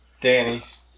Danny's